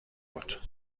بود